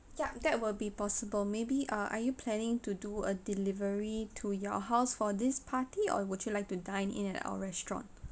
ya that will be possible maybe uh are you planning to do a delivery to your house for this party or would you like to dine in at our restaurant